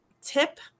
tip